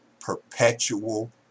perpetual